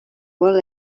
well